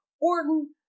Orton